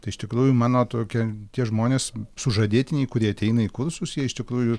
tai iš tikrųjų mano tokia tie žmonės sužadėtiniai kurie ateina į kursus jie iš tikrųjų